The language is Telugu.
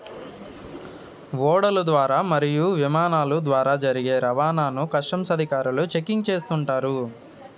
ఓడల ద్వారా మరియు ఇమానాల ద్వారా జరిగే రవాణాను కస్టమ్స్ అధికారులు చెకింగ్ చేస్తుంటారు